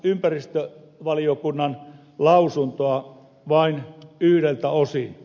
lainaan ympäristövaliokunnan lausuntoa vain yhdeltä osin